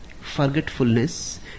Forgetfulness